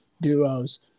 duos